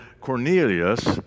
Cornelius